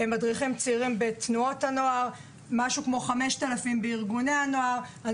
מדריכים צעירים בתנועות הנוער וכ-5,000 בארגוני הנוער.